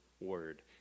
word